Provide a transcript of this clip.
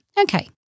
Okay